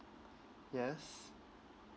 yes